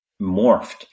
morphed